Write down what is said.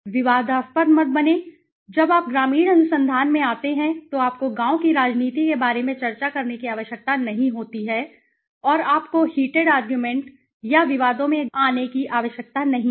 विवादास्पद मत बनो जब आप ग्रामीण अनुसंधान में आते हैं तो आपको गांव की राजनीति के बारे में चर्चा करने की आवश्यकता नहीं होती है और आपको हीटेड आर्गूमेंट या विवादों में आने की आवश्यकता नहीं है